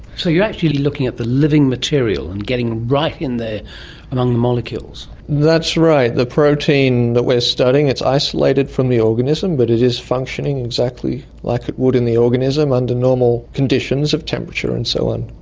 so you're actually looking at the living material and getting right in there among the molecules. that's right. the protein that we're studying, it's isolated from the organism but it is functioning exactly like it would in the organism under normal conditions of temperature and so on.